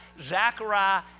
Zechariah